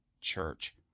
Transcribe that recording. church